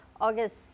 August